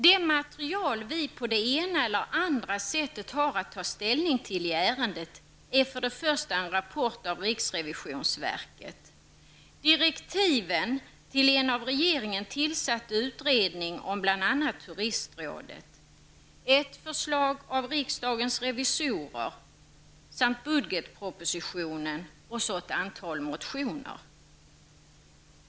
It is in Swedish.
Det material vi på det ena eller andra sättet har att ta ställning till i ärendet är för det första en rapport av riksrevisionsverket, direktiven till en av regeringen tillsatt utredning om bl.a. turistrådet, ett förslag av riksdagens revisorer samt budgetpropositionen, och så ett antal motioner.